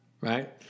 right